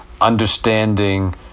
understanding